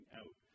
out